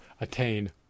attain